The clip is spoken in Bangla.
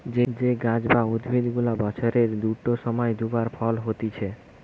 যে গাছ বা উদ্ভিদ গুলা বছরের দুটো সময় দু বার ফল হতিছে